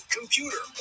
computer